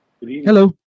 Hello